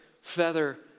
feather